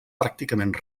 pràcticament